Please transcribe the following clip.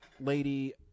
lady